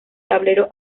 tablero